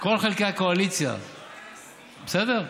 זה בסדר?